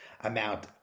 amount